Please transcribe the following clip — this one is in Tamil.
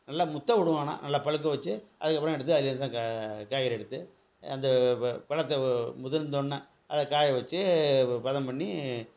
நல்லா முற்ற விடுவோம் ஆனால் நல்லா பழுக்க வச்சு அதுக்கு அப்புறம் எடுத்து அதுலேருந்து க காய்கறி எடுத்து அந்தப் ப பழத்த முதிர்ந்தோடன அதை காய வச்சு பதம் பண்ணி